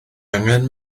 angen